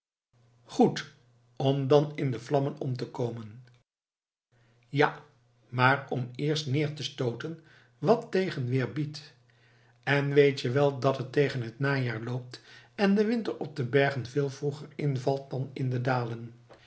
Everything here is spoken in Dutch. goed om dan in de vlammen om te komen ja maar om eerst neer te stooten wat tegenweer biedt en weet je wel dat het tegen het najaar loopt en de winter op de bergen veel vroeger invalt dan in de dalen